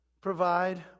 provide